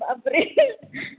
બાપ રે